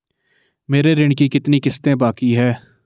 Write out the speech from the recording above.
मेरे ऋण की कितनी किश्तें बाकी हैं?